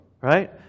Right